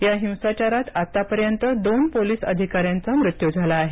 या हिंसाचारात आतापर्यंत दोन पोलीस अधिकाऱ्यांचा मृत्यू झाला आहे